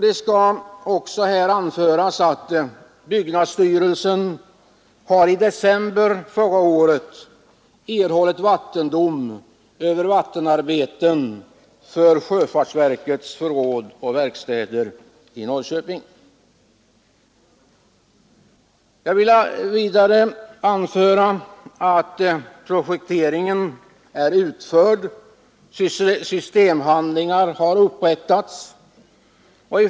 Det skall också här anföras att byggnadsstyrelsen i december förra året erhöll vattenrättsdom över vattenarbeten för sjöfartsverkets förråd och verkstäder i Norrköping. Jag vill vidare anföra att projekteringen är utförd och att systemhandlingar är upprättade.